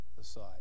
aside